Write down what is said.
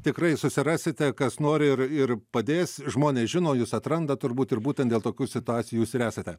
tikrai susirasite kas nori ir ir padės žmonės žino jus atranda turbūt ir būtent dėl tokių situacijų jūs ir esate